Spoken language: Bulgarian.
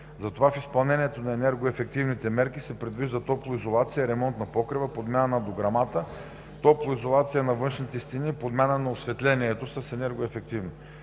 Затова в изпълнение на енергоефективните мерки се предвижда топлоизолация, ремонт на покрива, подмяна на дограмата, топлоизолация на външните стени, подмяна на осветлението с енергоефективни.